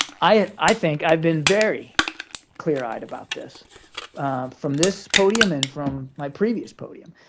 i think i've been very clear-eyed about this from this podium and from my previous podium.